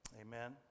Amen